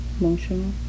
emotional